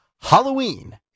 Halloween